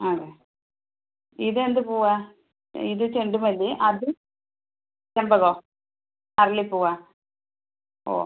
ആണോ ഇത് എന്ത് പൂവാ ഇത് ചെണ്ടുമല്ലി അത് ചെമ്പകോ അരളി പൂവാ ഓ